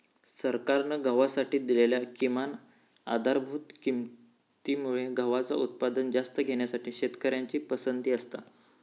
सरकारान गव्हासाठी दिलेल्या किमान आधारभूत किंमती मुळे गव्हाचा उत्पादन जास्त घेण्यासाठी शेतकऱ्यांची पसंती असता